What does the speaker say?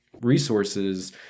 resources